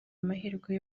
amahirwe